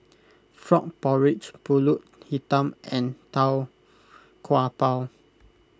Frog Porridge Pulut Hitam and Tau Kwa Pau